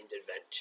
adventure